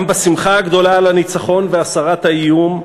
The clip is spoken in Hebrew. גם בשמחה הגדולה על הניצחון והסרת האיום,